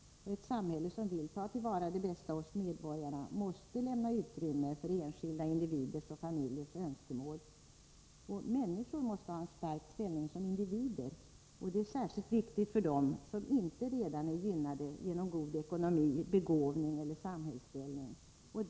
Ett samhälle som vill ta till vara det bästa hos medborgarna måste lämna utrymme för enskilda individers och familjers önskemål. Människor måste ha en stark ställning som individer, och detta är särskilt viktigt för dem som inte redan är gynnade genom god ekonomi, begåvning eller samhällsställning.